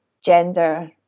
gender